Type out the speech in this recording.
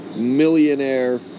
Millionaire